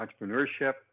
entrepreneurship